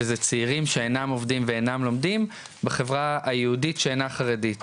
וזה צעירים שאינם עובדים ואינם לומדים בחברה היהודית שאינה חרדית.